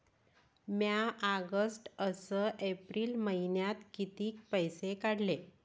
म्या ऑगस्ट अस एप्रिल मइन्यात कितीक पैसे काढले?